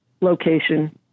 location